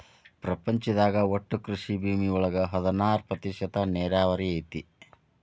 ಪ್ರಪಂಚದಾಗ ಒಟ್ಟು ಕೃಷಿ ಭೂಮಿ ಒಳಗ ಹದನಾರ ಪ್ರತಿಶತಾ ನೇರಾವರಿ ಐತಿ